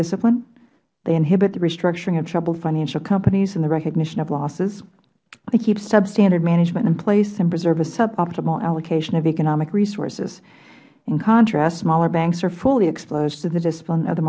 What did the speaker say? discipline they inhibit restructuring of troubled financial companies and the recognition of losses they keep substandard management in place and preserve a suboptimal allocation of economic resources in contrast smaller banks are fully exposed to the discipline of the